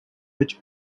which